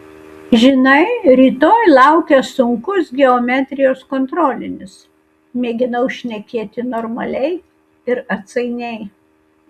žinai rytoj laukia sunkus geometrijos kontrolinis mėginau šnekėti normaliai ir atsainiai